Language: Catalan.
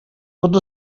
tots